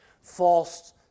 false